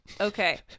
Okay